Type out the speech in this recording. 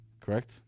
Correct